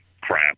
Crap